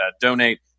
donate